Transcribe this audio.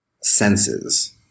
senses